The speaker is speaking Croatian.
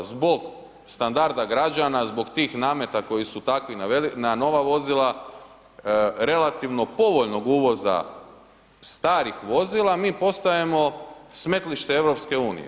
Zbog standarda građana, zbog tih nameta koji su takvi na nova vozila relativno povoljnog uvoza starih vozila, mi postajemo smetlište EU.